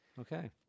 Okay